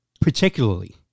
Particularly